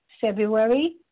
February